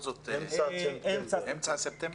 אמצע ספטמבר.